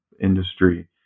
industry